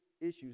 issues